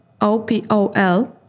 OPOL